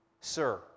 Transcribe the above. Sir